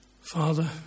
Father